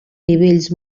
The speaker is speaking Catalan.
nivells